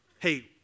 hey